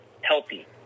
healthy